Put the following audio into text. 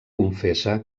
confessa